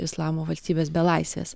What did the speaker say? islamo valstybės belaisvės